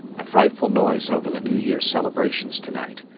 a frightful noise over the new year celebrations to-night.